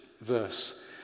verse